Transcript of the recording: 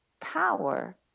power